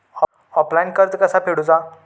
Offline कर्ज कसा फेडूचा?